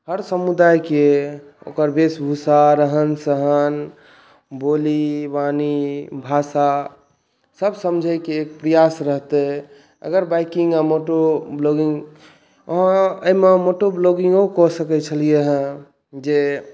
हर समुदायके ओकर भेष भुसा रहन सहन बोली वाणी भाषा सभ समझैके प्रयास रहतै अगर बाइकिंग या मोटो लॉन्गिंग एहिमे मोटो लॉन्गिंगो कऽ सकै छलियै हँ जे